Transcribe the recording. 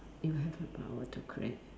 if I had the power to